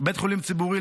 בית חולים ציבורי,